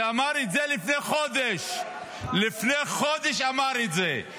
ואמר את זה לפני חודש, לפני חודש אמר את זה.